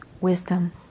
wisdom